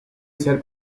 ser